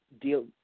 deal